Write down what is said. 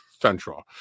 Central